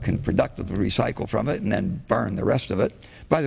can productive the recycle from it and then burn the rest of it by